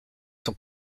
sont